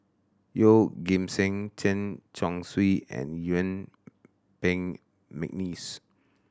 Yeoh Ghim Seng Chen Chong Swee and Yuen Peng McNeice